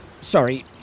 Sorry